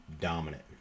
dominant